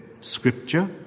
scripture